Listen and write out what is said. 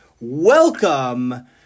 welcome